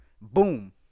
Boom